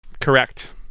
Correct